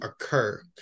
occur